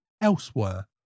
elsewhere